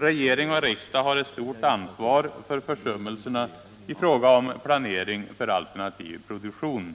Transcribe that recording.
Regering och riksdag har ett stort ansvar för försummelserna i fråga om planering för alternativ produktion.